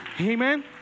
Amen